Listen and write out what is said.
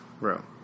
room